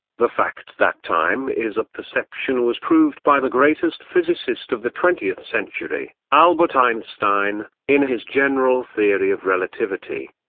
the fact that time is a perception was proved by the greatest physicist of the twentieth century, albert einstein, in his general theory of relativity.